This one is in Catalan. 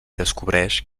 descobreix